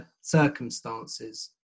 circumstances